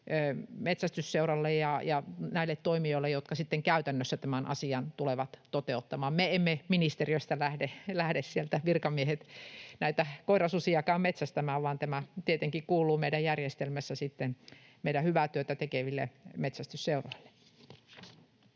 metsästysseuralle ja näille toimijoille, jotka käytännössä tämän asian tulevat toteuttamaan. Me emme ministeriöstä, virkamiehet, lähde näitä koirasusiakaan metsästämään, vaan tämä tietenkin kuuluu meidän järjestelmässä meidän hyvää työtä tekeville metsästysseuroille.